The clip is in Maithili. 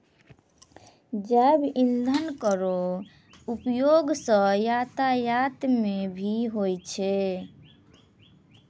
जैव इंधन केरो उपयोग सँ यातायात म भी होय छै